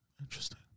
interesting